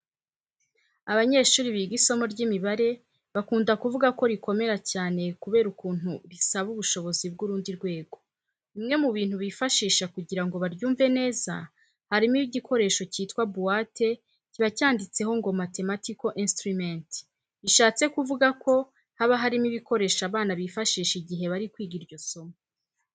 Abanyeshuri biga isomo ry'imibare bakunda kuvuga ko rikomera cyane kubera ukuntu isaba ubushishozi bw'urundi rwego. Bimwe mu bintu bifashisha kugira ngo baryumve neza, harimo igikoresho cyitwa buwate kiba cyanditseho ngo mathematical instruments, bishatse kuvuga ko haba harimo ibikoresho abana bifashisha igihe bari kwiga iryo somo.